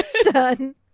done